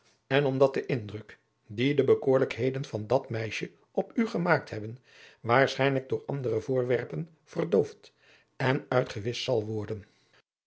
en omdat de indruk dien de bekoorlijkheden van dat meisje op u gemaakt hebben waarschijnlijk door andere voorwerpen verdoofd en uitgewischt zal worden